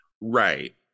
Right